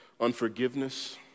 unforgiveness